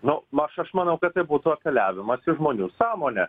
na maš aš manau kad būtų apeliavimas į žmonių sąmonę